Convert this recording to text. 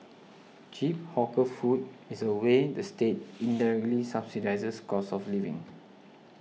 cheap hawker food is a way the state indirectly subsidises cost of living